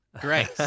Great